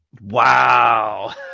Wow